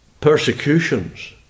persecutions